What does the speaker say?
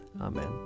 Amen